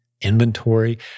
inventory